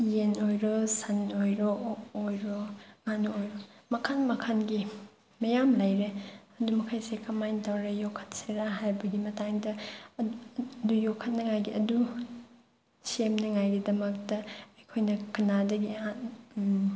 ꯌꯦꯟ ꯑꯣꯏꯔꯣ ꯁꯟ ꯑꯣꯏꯔꯣ ꯑꯣꯛ ꯑꯣꯏꯔꯣ ꯉꯥꯅꯨ ꯑꯣꯏꯔꯣ ꯃꯈꯜ ꯃꯈꯜꯒꯤ ꯃꯌꯥꯝ ꯂꯩꯔꯦ ꯑꯗꯨ ꯃꯈꯩꯁꯦ ꯀꯃꯥꯏꯅ ꯇꯧꯔꯦ ꯌꯣꯛꯈꯠꯁꯤꯔꯥ ꯍꯥꯏꯕꯒꯤ ꯃꯇꯥꯡꯗ ꯑꯗꯨ ꯌꯣꯛꯈꯠꯅꯉꯥꯏꯒꯤ ꯑꯗꯨ ꯁꯦꯝꯅꯉꯥꯏꯒꯤꯗꯃꯛꯇ ꯑꯩꯈꯣꯏꯅ ꯀꯅꯥꯗꯒꯤ